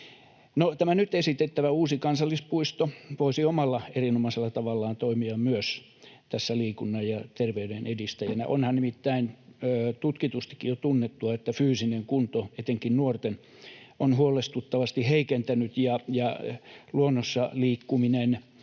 tämä nyt esitettävä uusi kansallispuisto voisi omalla erinomaisella tavallaan toimia myös liikunnan ja terveyden edistäjänä. Onhan nimittäin tutkitustikin jo tunnettua, että fyysinen kunto, etenkin nuorten, on huolestuttavasti heikentynyt, ja luonnossa liikkuminen